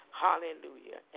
hallelujah